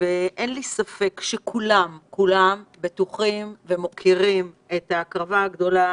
פה ואין לי ספק שכולם מוקירים את ההקרבה הגדולה